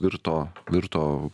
virto virto